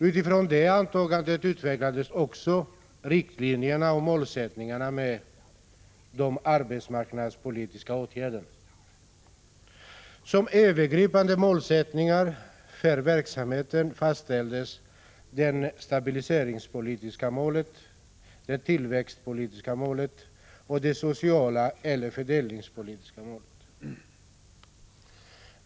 Utifrån det antagandet utvecklades också riktlinjerna och målsättningarna för de arbetsmarknadspolitiska åtgärderna. Som övergripande målsättningar för verksamheten fastställdes det stabiliseringspolitiska målet, det tillväxtpolitiska målet och det sociala — eller fördelningspolitiska — målet.